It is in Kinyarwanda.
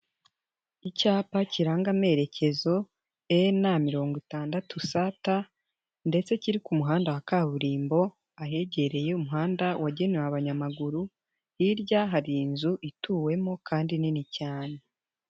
Icyapa kiranga amerekezo EN mirongo itandatu st ndetse kiri ku muhanda wa kaburimbo, ahegereye umuhanda wagenewe abanyamaguru, hirya hari inzu ituwemo kandi nini cyane.